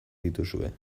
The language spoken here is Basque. dituzue